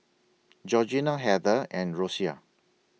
Georgina Heather and Rosia